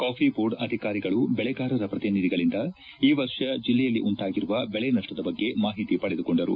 coffee board ಅಧಿಕಾರಿಗಳು ಬೆಳೆಗಾರರ ಪ್ರತಿನಿಧಿಗಳಿಂದ ಈ ವರ್ಷ ಜಿಲ್ಲೆಯಲ್ಲಿ ಉಂಟಾಗಿರುವ ಬೆಳೆನಷ್ಷದ ಬಗ್ಗೆ ಮಾಹಿತಿ ಪಡೆದುಕೊಂಡರು